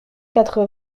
quatre